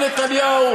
נכון.